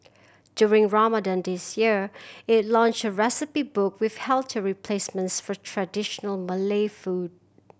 during Ramadan this year it launched a recipe book with healthier replacements for traditional Malay food